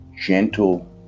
gentle